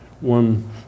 one